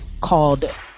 called